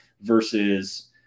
versus